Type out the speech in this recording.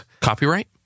Copyright